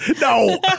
No